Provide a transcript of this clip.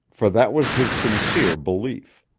for that was his sincere belief.